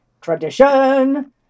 tradition